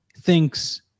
thinks